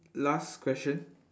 last question